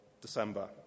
December